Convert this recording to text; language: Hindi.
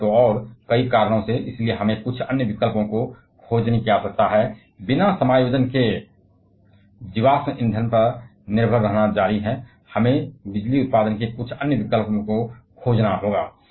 और तो और कई कारणों और इसलिए हमें कुछ अन्य विकल्पों को खोजने की आवश्यकता है बिना समायोजन के बिना जीवाश्म ईंधन पर निर्भर रहना जारी है हमें बिजली उत्पादन के कुछ अन्य विकल्प खोजने होंगे